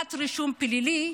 מחיקת רישום פלילי,